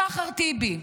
סחר טיבי,